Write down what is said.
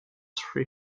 three